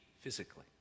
physically